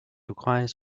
requires